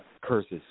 curses